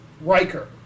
Riker